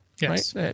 Yes